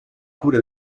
cure